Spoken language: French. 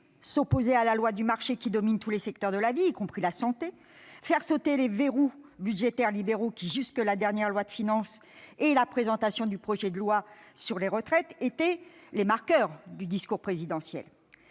s'opposer à la loi du marché qui domine tous les secteurs de la vie, y compris la santé ; faire sauter les verrous budgétaires libéraux qui, jusqu'à la dernière loi de finances et à la présentation du projet de loi sur les retraites, étaient les marqueurs du discours présidentiel.